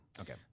Okay